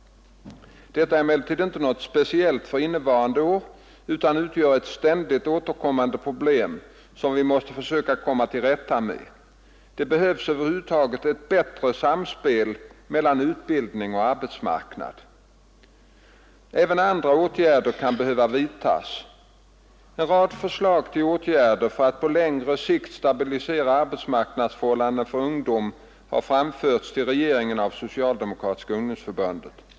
Detta är emellertid inte något speciellt för innevarande år utan utgör ett ständigt återkommande problem som vi måste försöka komma till rätta med. Det behövs över huvud taget ett bättre samspel mellan utbildning och arbetsmarknad. Även andra åtgärder kan behöva vidtas. En rad förslag till åtgärder för att på längre sikt stabilisera arbetsmarknadsförhållandena för ungdomen har framförts till regeringen av Socialdemokratiska ungdomsförbundet.